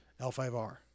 L5R